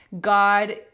god